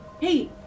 hey